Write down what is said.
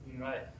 right